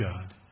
God